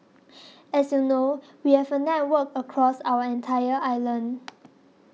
as you know we have a network of across our entire island